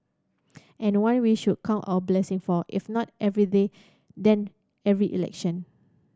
and one we should count our blessing for if not every day then every election